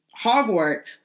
Hogwarts